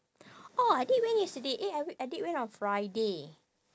orh adik went yesterday eh I wait adik went on friday